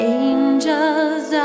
angels